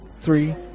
three